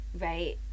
Right